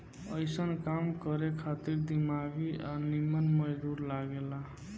अइसन काम करे खातिर दिमागी आ निमन मजदूर लागे ला